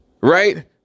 Right